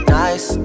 nice